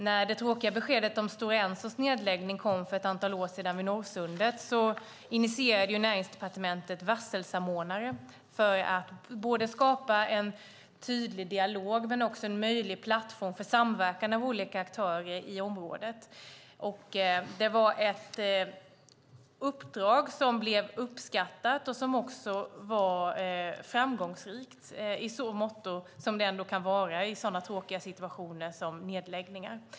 När det tråkiga beskedet om nedläggningen av Stora Enso i Norrsundet kom för ett antal år sedan initierade Näringsdepartementet varselsamordnare för att skapa en tydlig dialog men också en möjlig plattform för samverkan mellan olika aktörer i området. Det var ett uppdrag som blev uppskattat och som också var framgångsrikt i så måtto som det ändå kan vara i sådana tråkiga situationer som vid nedläggningar.